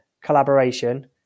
collaboration